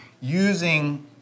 using